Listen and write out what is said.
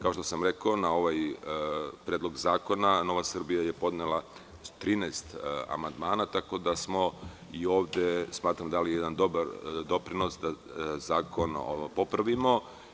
Kao što sam rekao, na ovaj predlog zakona Nova Srbija je podnela 13 amandmana, tako da smo i ovde dali jedan dobar doprinos da zakon popravimo.